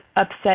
upset